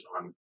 on